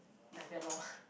like that lor